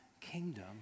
kingdom